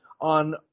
on